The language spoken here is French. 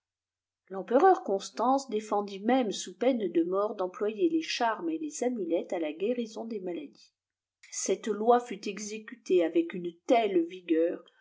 l'empereur constance défendit même sous peine de mort d'employer les charmes et les amulettes à la guérison des maladies cette loi fut exécutée avec une telle rigueur